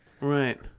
Right